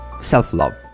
self-love